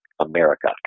America